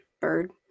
bird